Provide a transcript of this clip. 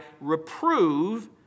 reprove